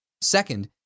Second